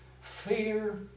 fear